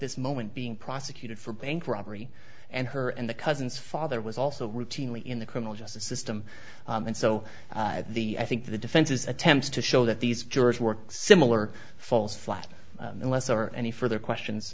this moment being prosecuted for bank robbery and her and the cousin's father was also routinely in the criminal justice system and so the i think the defense's attempts to show that these jurors were similar falls flat and lesser any further questions